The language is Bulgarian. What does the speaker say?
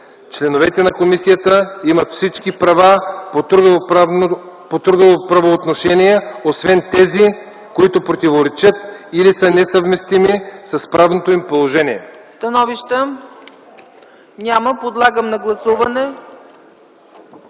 Членовете на комисията имат всички права по трудово правоотношение освен тези, които противоречат или са несъвместими с правното им положение.”